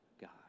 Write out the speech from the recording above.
God